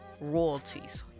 royalties